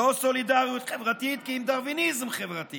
לא סולידריות חברתית כי אם דרוויניזם חברתי